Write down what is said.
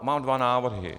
Mám dva návrhy.